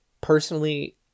Personally